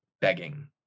begging